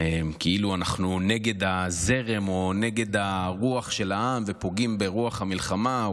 כאילו אנחנו נגד הזרם או נגד הרוח של העם ופוגעים ברוח המלחמה.